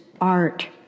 art